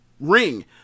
ring